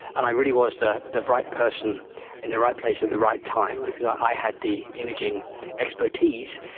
and i really was the the right person in the right place at the right time because i had the imaging expertise,